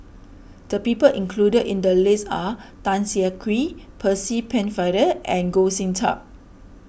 the people included in the list are Tan Siah Kwee Percy Pennefather and Goh Sin Tub